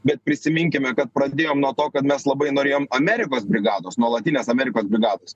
bet prisiminkime kad pradėjom nuo to kad mes labai norėjom amerikos brigados nuolatinės amerikos brigados